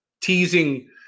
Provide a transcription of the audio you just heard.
teasing